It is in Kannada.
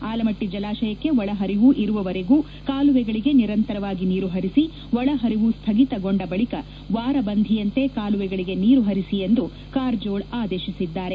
ಆಲಮಟ್ನ ಜಲಾಶಯಕ್ಕೆ ಒಳಪರಿವು ಇರುವವರೆಗು ಕಾಲುವೆಗಳಿಗೆ ನಿರಂತರವಾಗಿ ನೀರು ಪರಿಸಿ ಒಳಪರಿವು ಸ್ಥಗಿತಗೊಂಡ ಬಳಿಕ ವಾರಬಂಧಿಯಂತೆ ಕಾಲುವೆಗಳಿಗೆ ನೀರು ಹರಿಸಿ ಎಂದು ಕಾರಜೋಳ ಅವರು ಆದೇಶಿಸಿದ್ದಾರೆ